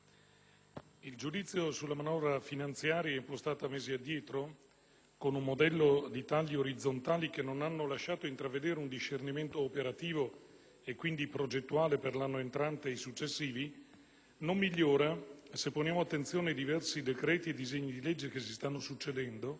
il giudizio sulla manovra finanziaria impostata mesi addietro, con un modello di tagli orizzontali, che non hanno lasciato intravedere un discernimento operativo e, quindi, progettuale per l'anno entrante e i successivi, non migliora se poniamo attenzione ai diversi decreti e disegni di legge che si stanno succedendo,